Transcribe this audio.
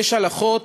יש הלכות